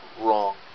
wrong